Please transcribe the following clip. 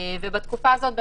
בתקופה הזאת,